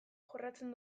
jorratzen